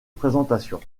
présentation